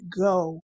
go